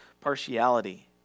partiality